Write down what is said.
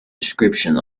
description